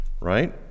right